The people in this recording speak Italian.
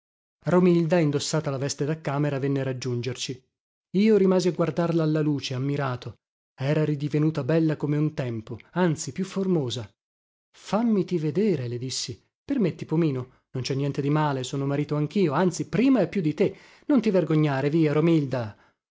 romilda indossata la veste da camera venne a raggiungerci io rimasi a guardarla alla luce ammirato era ridivenuta bella come un tempo anzi più formosa fammiti vedere le dissi permetti pomino non cè niente di male sono marito anchio anzi prima e più di te non ti vergognare via romilda